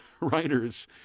writers